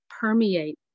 permeate